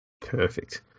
Perfect